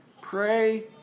Pray